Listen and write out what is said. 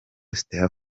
stella